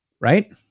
Right